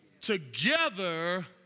together